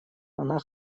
она